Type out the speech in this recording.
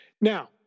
Now